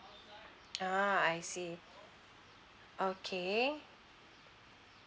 ah I see okay